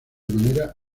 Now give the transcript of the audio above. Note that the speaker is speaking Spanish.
manera